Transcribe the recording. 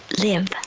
live